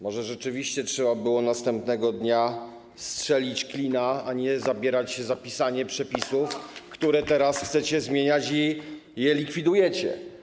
Może rzeczywiście trzeba było następnego dnia strzelić klina, zamiast zabierać się za pisanie przepisów, które teraz chcecie zmieniać i które likwidujecie.